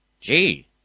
Gee